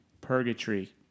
Purgatory